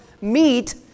meet